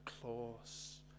claws